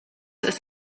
ist